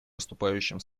выступающим